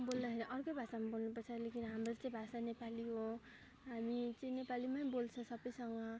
बोल्दाखेरि अर्कै भाषामा बोल्नु पर्छ तर हाम्रो चाहिँ भाषा नेपाली हो हामी चाहिँ नेपालीमै बोल्छ सबैसँग